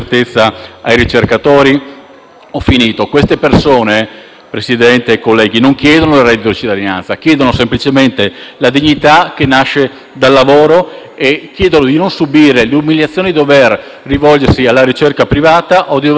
ricercatori? Queste persone, Presidente, colleghi, non chiedono il reddito di cittadinanza; chiedono semplicemente la dignità che nasce dal lavoro e chiedono di non subire l'umiliazione di doversi rivolgere alla ricerca privata o di dover abbandonare il nostro Paese,